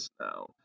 now